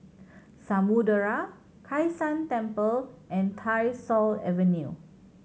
Samudera Kai San Temple and Tyersall Avenue